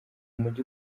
mugi